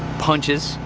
punches.